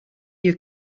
your